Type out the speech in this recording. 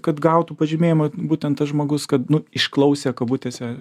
kad gautų pažymėjimą būtent tas žmogus kad nu išklausė kabutėse